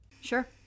Sure